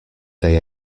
they